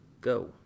Go